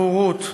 הבורות,